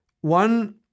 one